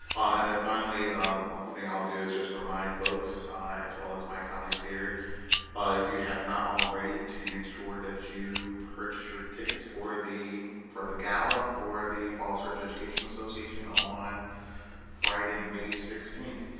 and then finally the um other thing i'll do is just remind folks as well as my colleagues here if you have not already to make sure that you purchase your tickets for the for the gala for the falls church education association on friday may sixteenth